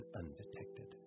undetected